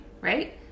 right